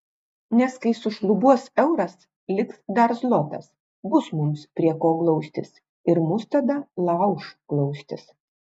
nes kai sušlubuos euras liks dar zlotas bus mums prie ko glaustis ir mus tada lauš glaustis